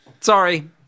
Sorry